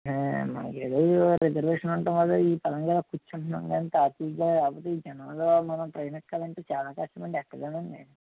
మాకు ఈరోజు రిజర్వేషన్ ఉండటం వల్ల ఈ స్థలంలో కూర్చుంటున్నాము కాని తాపీగా లేకపోతే ఈ జనంలో మనం ట్రైన్ ఎక్కాలంటే చాలా కష్టం అండి ఎక్కలేము అండి